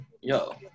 yo